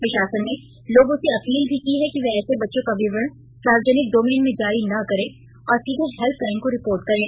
प्रशासन ने लोगों से अपील भी की है कि वे ऐसे बच्चों का विवरण सार्वजनिक डोमेन में जारी न करें और सीधे हेल्पलाइन को रिपोर्ट करें